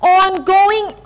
ongoing